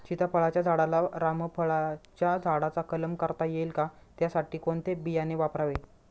सीताफळाच्या झाडाला रामफळाच्या झाडाचा कलम करता येईल का, त्यासाठी कोणते बियाणे वापरावे?